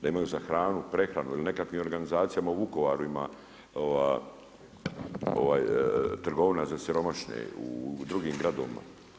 Da imaju, za hranu, prehranu ili na nekakvim organizacijama u Vukovaru ima trgovina za siromašne i u drugim gradovima.